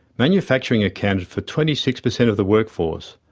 manufacturing accounted for twenty six percent of the workforce.